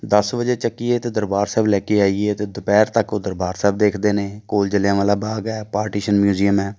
ਦਸ ਵਜੇ ਚੁੱਕੀਏ ਅਤੇ ਦਰਬਾਰ ਸਾਹਿਬ ਲੈ ਕੇ ਆਈਏ ਅਤੇ ਦੁਪਹਿਰ ਤੱਕ ਉਹ ਦਰਬਾਰ ਸਾਹਿਬ ਦੇਖਦੇ ਨੇ ਕੋਲ ਜਲ੍ਹਿਆਂਵਾਲਾ ਬਾਗ ਹੈ ਪਾਰਟੀਸ਼ੀਅਨ ਮਿਊਜ਼ੀਅਮ ਹੈ